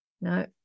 No